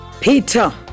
Peter